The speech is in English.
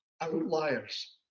outliers